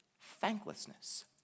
thanklessness